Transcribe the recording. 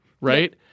right